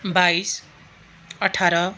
बाइस अठार